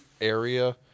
area